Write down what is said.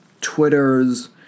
Twitter's